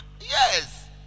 yes